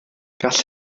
gall